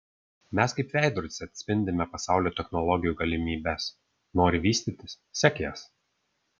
mes kaip veidrodis atspindime pasaulio technologijų galimybes nori vystytis sek jas